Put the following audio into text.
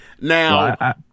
Now